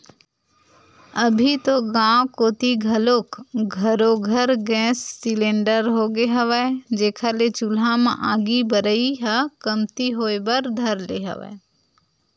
अभी तो गाँव कोती घलोक घरो घर गेंस सिलेंडर होगे हवय, जेखर ले चूल्हा म आगी बरई ह कमती होय बर धर ले हवय